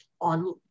on